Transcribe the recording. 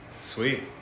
sweet